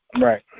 Right